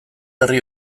herri